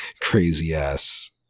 crazy-ass